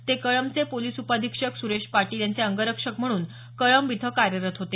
ते कळंबचे पोलिस उपअधीक्षक सुरेश पाटील यांचे अंगरक्षक म्हणून कळंब इथं कार्यरत होते